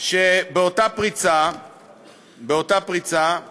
שבאותה פריצה אנחנו